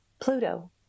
Pluto